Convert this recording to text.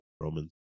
Roman